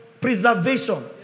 preservation